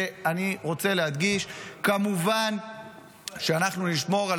ואני רוצה להדגיש כמובן שאנחנו נשמור על